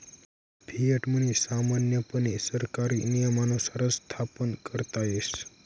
fiat money सामान्यपणे सरकारी नियमानुसारच स्थापन करता येस